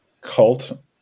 cult